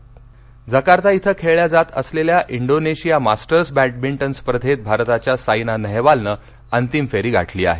Saina Jakarta इथं खेळल्या जात असलेल्या इंडोनेशिया मास्टर्स बॅडमिंटन स्पर्धेत भारताच्या साईना नेहेवालनं अंतिम फेरी गाठली आहे